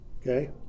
Okay